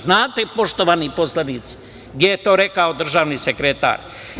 Znate, poštovani poslanici, gde je to rekao državni sekretar?